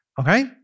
Okay